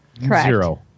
Zero